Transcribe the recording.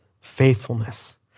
faithfulness